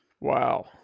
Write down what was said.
wow